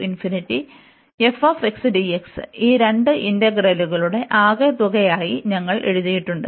അതിനാൽ ഈ രണ്ട് ഇന്റഗ്രലുകളുടെ ആകെത്തുകയായി ഞങ്ങൾ എഴുതിയിട്ടുണ്ട്